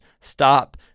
stop